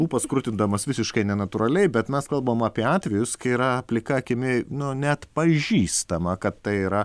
lūpas krutindamas visiškai nenatūraliai bet mes kalbam apie atvejus kai yra plika akimi nu nepažįstama kad tai yra